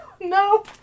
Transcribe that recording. No